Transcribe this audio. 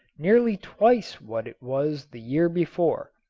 nearly twice what it was the year before.